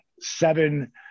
seven